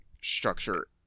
structure